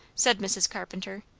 said mrs. carpenter.